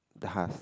the husk